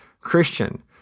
Christian